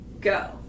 go